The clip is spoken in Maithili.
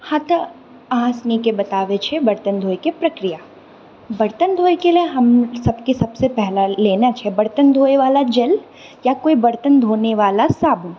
हाँ तऽ अहाँ सभनिके बताबै छियै बर्तन धोइके प्रक्रिया बर्तन धोइके लिए हम सभके सभसँ पहिले लेना छै बर्तन धोयवला जेल या कोइ बर्तन धोनेवला साबुन